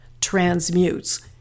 transmutes